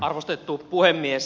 arvostettu puhemies